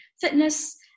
fitness